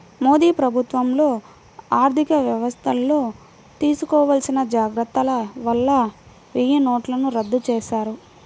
మోదీ ప్రభుత్వంలో ఆర్ధికవ్యవస్థల్లో తీసుకోవాల్సిన జాగర్తల వల్ల వెయ్యినోట్లను రద్దు చేశారు